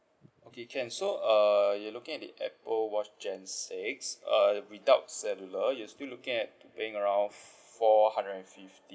okay can so err you're looking at the apple watch gen six err without cellular you still looking at paying around four hundred and fifty